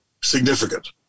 significant